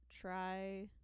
try